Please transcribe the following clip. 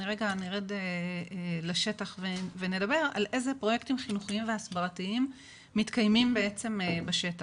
רגע נרד לשטח ונדבר על איזה פרויקטים חינוכיים והסברתיים מתקיימים בשטח.